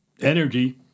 energy